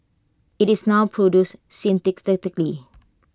IT is now produced synthetically